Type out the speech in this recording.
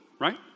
right